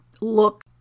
look